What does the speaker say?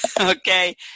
okay